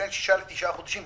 בין שישה לתשעה חודשים,